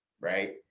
Right